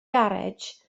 garej